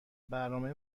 برنامه